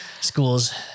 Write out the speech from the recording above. school's